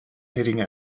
heading